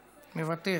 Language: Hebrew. מוותר,